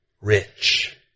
rich